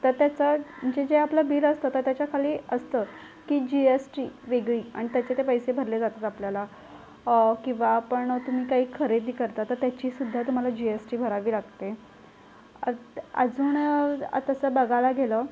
तर त्याचा जे जे आपलं बिल असतं तर तेच्याखाली असतं की जी एस टी वेगळी आणि त्याचे ते पैसे भरले जातात आपल्याला किंवा आपण तुम्ही काही खरेदी करता तर त्याचीसुद्धा तुम्हाला जी एस टी भरावी लागते अ अजून तसं बघायला गेलं